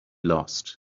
lost